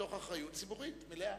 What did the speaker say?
מתוך אחריות ציבורית מלאה.